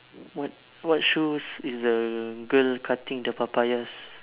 what what shoes is the girl cutting the papayas